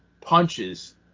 punches